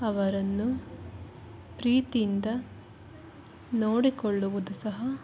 ಅವರನ್ನು ಪ್ರೀತಿಯಿಂದ ನೋಡಿಕೊಳ್ಳುವುದು ಸಹ